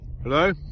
Hello